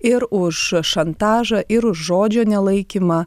ir už šantažą ir žodžio nelaikymą